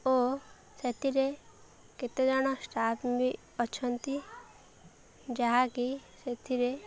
ଓ ସେଥିରେ କେତେଜଣ ଷ୍ଟାଫ୍ବି ଅଛନ୍ତି ଯାହାକି ସେଥିରେ